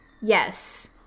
Yes